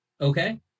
Okay